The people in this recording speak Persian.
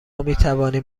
میتوانیم